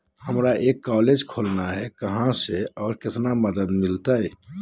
हमरा एक कॉलेज खोलना है, कहा से और कितना मदद मिलतैय?